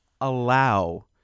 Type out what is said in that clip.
allow